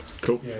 Cool